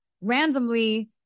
randomly